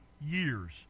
years